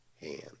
hand